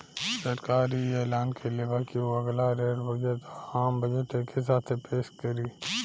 सरकार इ ऐलान कइले बा की उ अगला रेल बजट आ, आम बजट एके साथे पेस करी